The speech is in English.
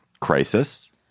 crisis